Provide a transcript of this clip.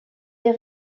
les